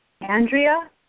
Andrea